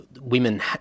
women